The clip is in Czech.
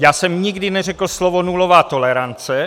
Já jsem nikdy neřekl slovo nulová tolerance.